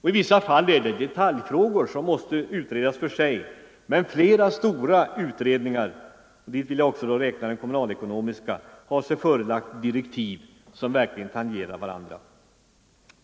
I vissa fall är det detaljfrågor som måste utredas för sig, men flera stora utredningar — dit vill jag också räkna den kommunalekonomiska utredningen — har sig förelagda direktiv som verkligen tangerar varandra.